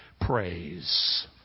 Praise